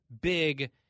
big